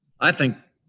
i think